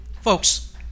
Folks